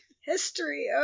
History